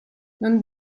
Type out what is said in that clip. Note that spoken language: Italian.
non